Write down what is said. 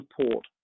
support